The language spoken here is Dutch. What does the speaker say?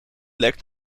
lekt